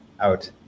out